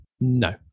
no